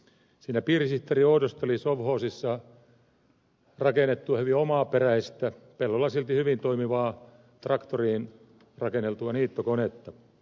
siinä piirisihteeri oudosteli sovhoosissa rakennettua hyvin omaperäistä pellolla silti hyvin toimivaa traktoriin rakenneltua niittokonetta